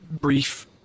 brief